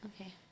Okay